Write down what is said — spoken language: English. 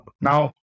now